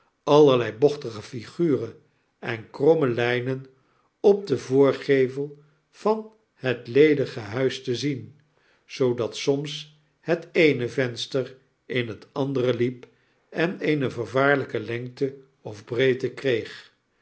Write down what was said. allerlei bochtige figuren enkromme lynen op den voorgevei van het ledige huis te zien zoodat soms het eene venster in het andere liep en eene vervaarlyke lengte of breedte kreeg